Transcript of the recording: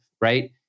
right